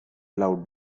loud